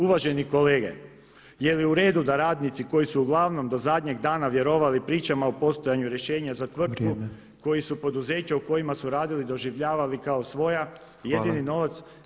Uvaženi kolege, je li u redu da radnici koji su uglavnom do zadnjeg dana vjerovali pričama o postojanju rješenja [[Upadica predsjednik: Vrijeme.]] koji su poduzeće u kojima su radili doživljavali kao svoja, jedini novac.